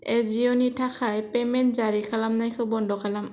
आजिय'नि थाखाय पेमेन्ट जारि खालामनायखो बन्द खालाम